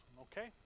okay